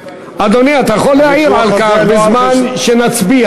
אדוני, אתה יכול להעיר על כך בזמן שנצביע.